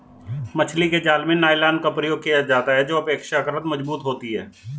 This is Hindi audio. मछली के जाल में नायलॉन का प्रयोग किया जाता है जो अपेक्षाकृत मजबूत होती है